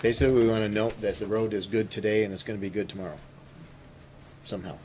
say we want to know that the road is good today and it's going to be good tomorrow somehow